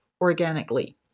organically